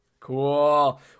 Cool